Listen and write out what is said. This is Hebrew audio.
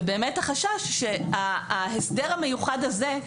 ובאמת החשש שההסדר המיוחד הזה,